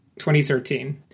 2013